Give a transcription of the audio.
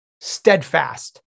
steadfast